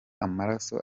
amaraso